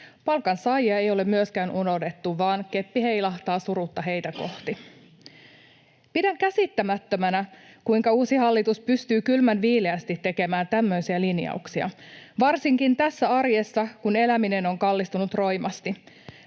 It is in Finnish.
Palkansaajia ei ole myöskään unohdettu, vaan keppi heilahtaa surutta heitä kohti. Pidän käsittämättömänä, kuinka uusi hallitus pystyy kylmän viileästi tekemään tämmöisiä linjauksia varsinkin tässä arjessa, kun eläminen on kallistunut roimasti.